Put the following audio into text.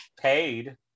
paid